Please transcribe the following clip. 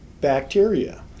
bacteria